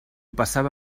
passava